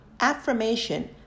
Affirmation